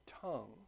tongue